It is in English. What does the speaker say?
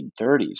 1930s